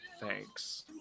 Thanks